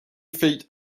feet